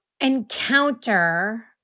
encounter